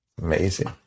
Amazing